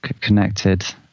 connected